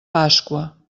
pasqua